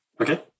Okay